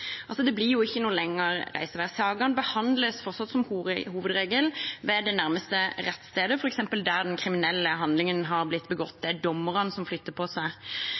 Det blir ikke noe lengre reisevei, sakene behandles fortsatt som hovedregel ved det nærmeste rettsstedet, f.eks. der den kriminelle handlingen har blitt begått. Det er dommerne som flytter på seg.